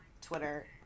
Twitter